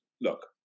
Look